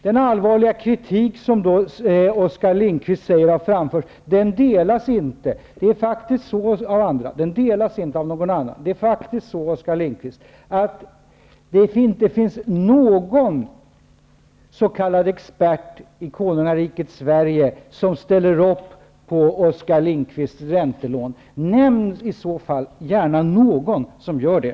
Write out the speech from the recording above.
Den allvarliga kritik som Oskar Lindkvist framför delas alltså inte av andra. Det är faktiskt så, Oskar Lindkvist, att det inte finns någon s.k. expert i Lindkvists räntelån. Nämn i så fall gärna någon som gör det!